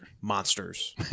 monsters